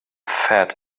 fat